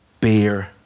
bear